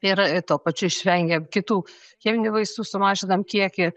ir tuo pačiu išvengiam kitų cheminių vaistų sumažinam kiekį